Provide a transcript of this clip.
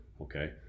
Okay